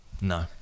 No